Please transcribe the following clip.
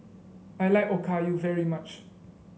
I like Okayu very much